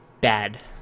bad